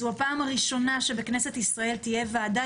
זו הפעם הראשונה שבכנסת ישראל תהיה ועדה